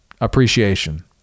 appreciation